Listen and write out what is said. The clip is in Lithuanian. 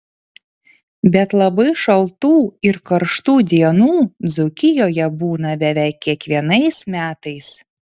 bet labai šaltų ir karštų dienų dzūkijoje būna beveik kiekvienais metais